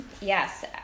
Yes